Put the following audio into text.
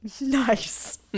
Nice